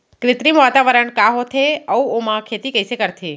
कृत्रिम वातावरण का होथे, अऊ ओमा खेती कइसे करथे?